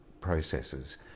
processes